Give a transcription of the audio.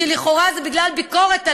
שלכאורה זה בגלל ביקורת עליו,